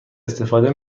استفاده